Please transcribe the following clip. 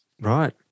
Right